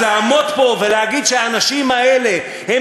אז לעמוד פה ולהגיד שהאנשים האלה הם